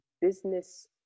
business